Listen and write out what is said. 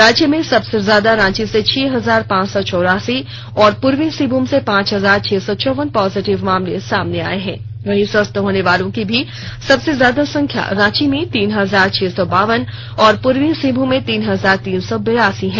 राज्य में सबसे ज्यादा रांची से छह हजार पांच सौ चौरासी और पूर्वी सिंहभूम से पांच हजार छह सौ चौवन पॉजिटिव मामले सामने आए हैं वहीं स्वस्थ होनेवालों की भी सबसे ज्यादा संख्या रांची में तीन हजार छह सौ बावन और पूर्वी सिंहभूम से तीन हजार तीन सौ बिरासी है